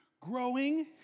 Growing